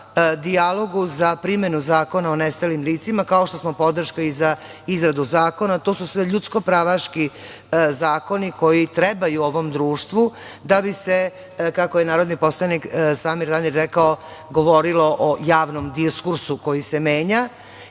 dijalogu za primenu Zakona o nestalim licima, kao što smo podrška i za izradu zakona. To su sve ljudsko-pravaški zakoni koji trebaju ovom društvu da bi se, kako je narodni poslanik Samir Tandir rekao, govorilo o javnom diskursu koji se menja